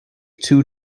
two